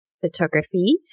photography